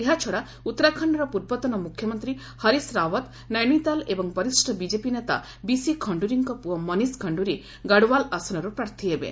ଏହାଛଡ଼ା ଉତ୍ତରାଖଣ୍ଡର ପୂର୍ବତନ ମୁଖ୍ୟମନ୍ତ୍ରୀ ହରୀଶ ରାଓ୍ୱତ୍ ନୈନିତାଲ୍ ଏବଂ ବରିଷ୍ଠ ବିଜେପି ନେତା ବିସି ଖଣ୍ଡୁରିଙ୍କ ପୁଅ ମନୀଶ୍ ଖଣ୍ଡୁରି ଗଡ୍ୱାଲ୍ ଆସନରୁ ପ୍ରାର୍ଥୀ ହେବେ